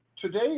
today